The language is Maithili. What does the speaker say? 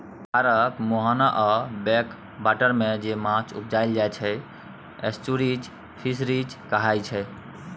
धारक मुहाना आ बैक बाटरमे जे माछ उपजाएल जाइ छै एस्च्युरीज फिशरीज कहाइ छै